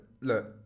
Look